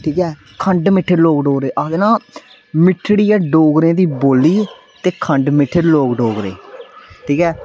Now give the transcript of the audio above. ठीक ऐ खंड मिट्ठे लोक डोगरे आखदे ना मिट्ठड़ी ऐ डोगरें दी बोल्ली ते खंड मिट्ठे लोग डोगरे ठीक ऐ